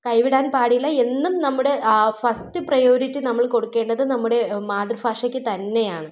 കൈവിടാൻ പാടില്ല എന്നും നമ്മുടെ ഫസ്റ്റ് പ്രയോരിറ്റി നമ്മൾ കൊടുക്കേണ്ടത് നമ്മുടെ മാതൃഫാഷക്ക് തന്നെയാണ്